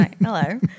hello